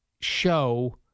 show